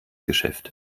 geschäft